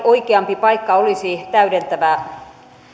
oikeampi paikka olisi täydentävä